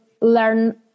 learn